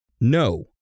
No